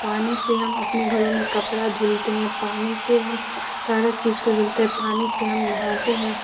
پانی سے ہم اپنے گھروں میں کپڑا دھلتے ہیں پانی سے ہم سارا چیز کو دھلتے ہیں پانی سے ہم نہاتے ہیں